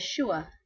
yeshua